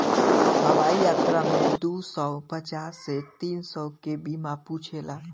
हवाई यात्रा में दू सौ पचास से तीन सौ के बीमा पूछेला